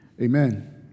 Amen